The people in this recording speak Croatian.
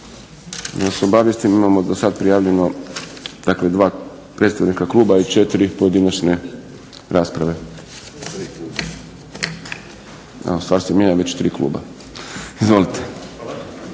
vas obavijestim imamo do sada prijavljeno dva predstavnika kluba i 4 pojedinačne rasprave. Sada se mijenja već tri kluba. Izvolite.